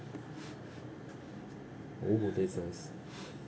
!woohoo! that's uh